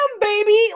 baby